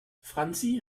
franzi